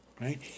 right